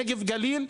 נגב גליל.